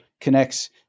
connects